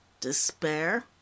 Despair